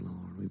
Lord